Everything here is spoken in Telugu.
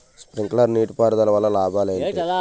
స్ప్రింక్లర్ నీటిపారుదల వల్ల లాభాలు ఏంటి?